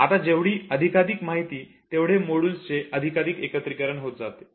आता जेवढी अधिकाधिक माहिती तेवढे मॉड्यूलचे अधिकाधिक एकत्रीकरण होत जाते